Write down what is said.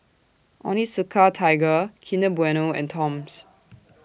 Onitsuka Tiger Kinder Bueno and Toms